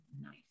nice